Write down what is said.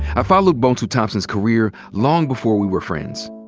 i followed bonsu thompson's career long before we were friends.